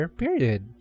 period